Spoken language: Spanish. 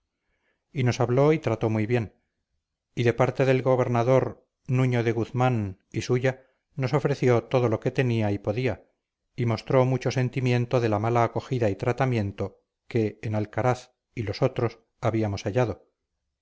y nos habló y trató muy bien y de parte del gobernador nuño de guzmán y suya nos ofreció todo lo que tenía y podía y mostró mucho sentimiento de la mala acogida y tratamiento que en alcaraz y los otros habíamos hallado